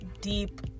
deep